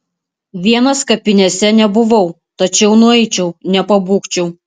vienas kapinėse nebuvau tačiau nueičiau nepabūgčiau